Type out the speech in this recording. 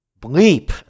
bleep